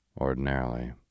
Ordinarily